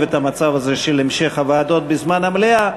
את המצב הזה של המשך ישיבות הוועדות בזמן המליאה,